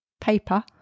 paper